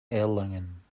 erlangen